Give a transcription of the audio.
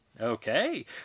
Okay